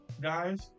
Guys